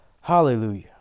hallelujah